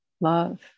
love